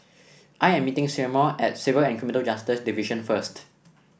I am meeting Seymour at Civil and Criminal Justice Division first